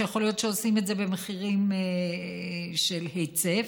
שיכול להיות שעושים את זה במחירים של היצף,